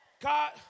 God